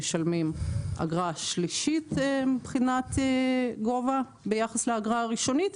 משלמים אגרה שלישית מבחינת גובה האגרה ביחס לאגרה הראשונית.